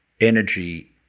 energy